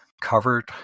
covered